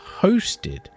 hosted